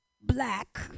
black